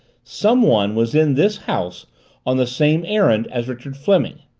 someone was in this house on the same errand as richard fleming.